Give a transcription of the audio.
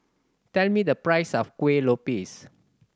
tell me the price of Kueh Lopes